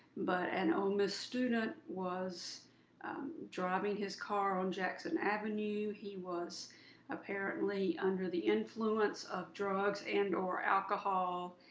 but an ole miss student was driving his car on jackson avenue. he was apparently under the influence of drugs and or alcohol.